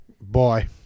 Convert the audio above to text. Bye